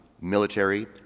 military